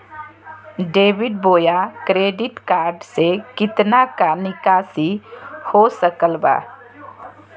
Debit बोया credit card से कितना का निकासी हो सकल बा?